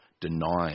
denying